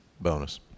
bonus